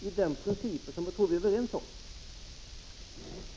Jag tror nämligen att vi är överens om principen.